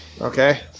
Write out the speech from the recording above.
Okay